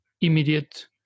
immediate